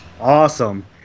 awesome